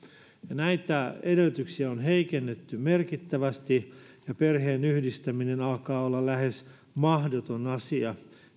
näitä edellytyksiä on heikennetty merkittävästi ja perheenyhdistäminen alkaa olla lähes mahdoton asia